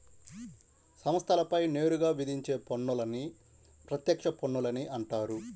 సంస్థలపై నేరుగా విధించే పన్నులని ప్రత్యక్ష పన్నులని అంటారు